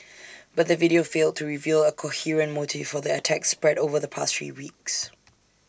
but the video failed to reveal A coherent motive for the attacks spread over the past three weeks